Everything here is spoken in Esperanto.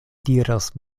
diras